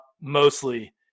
mostly